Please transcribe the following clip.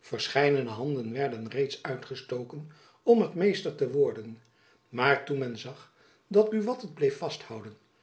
verscheidene handen werden reeds uitgestoken om het meester te worden maar toen men zag dat buat het bleef vasthouden